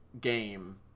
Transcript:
game